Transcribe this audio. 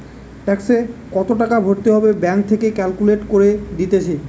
ট্যাক্সে কত টাকা ভরতে হবে ব্যাঙ্ক থেকে ক্যালকুলেট করে দিতেছে